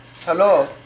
Hello